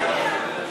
להסיר.